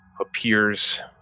appears